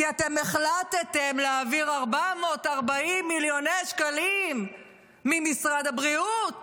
כי אתם החלטתם להעביר 440 מיליון שקלים ממשרד הבריאות